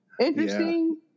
interesting